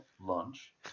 lunch